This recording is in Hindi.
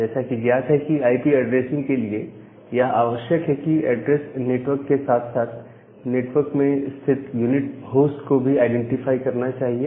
जैसा कि यह ज्ञात है कि आईपी ऐड्रेसिंग के लिए यह आवश्यक है कि एड्रेस नेटवर्क के साथ साथ नेटवर्क में स्थित यूनिक होस्ट को भीआईडेंटिफाई करना चाहिए